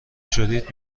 شدید